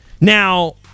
Now